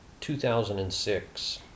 2006